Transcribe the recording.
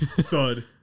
thud